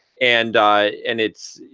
and and it's,